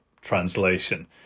translation